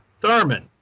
Thurman